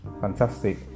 fantastic